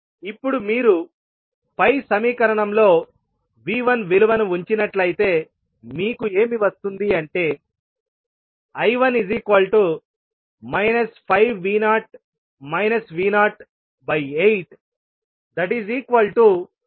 ఇప్పుడు మీరు పై సమీకరణంలో V 1 విలువను ఉంచినట్లయితే మీకు ఏమి వస్తుంది అంటే I1 5V0 V08 0